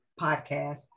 podcast